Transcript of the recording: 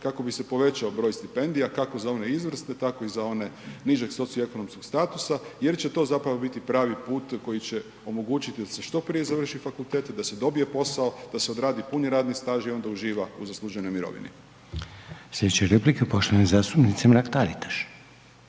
kako bi se povećao broj stipendija, kako za one izvrsne, tako i za one nižeg socioekonomskog statusa jer će to zapravo biti pravi put koji će omogućiti da se što prije završi fakultete, da se dobije posao, da se odradi puni radni staž i onda uživa u zasluženoj mirovini. **Reiner, Željko (HDZ)** Sljedeća replika